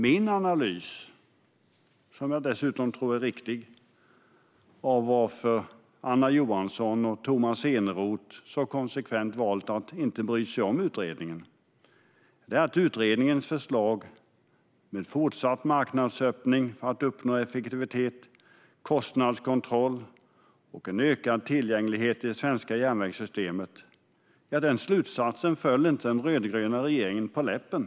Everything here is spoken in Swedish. Min analys, som jag dessutom tror är riktig, av varför Anna Johansson och Tomas Eneroth så konsekvent har valt att inte bry sig om utredningen är att dess förslag och slutsats om fortsatt marknadsöppning för att uppnå effektivitet, kostnadskontroll och ökad tillgänglighet i det svenska järnvägssystemet inte föll den rödgröna regeringen på läppen.